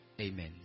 Amen